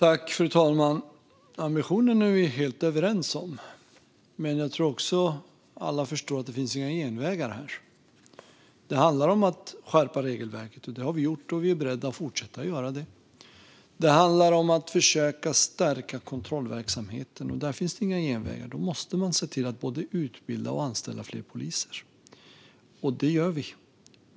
Fru talman! Ambitionen är vi helt överens om. Men jag tror också att alla förstår att det inte finns några genvägar här. Det handlar om att skärpa regelverket. Det har vi gjort, och vi är beredda att fortsätta att göra det. Det handlar om att försöka stärka kontrollverksamheten, och där finns det inga genvägar. Då måste man se till att både utbilda och anställa fler poliser. Och det gör vi.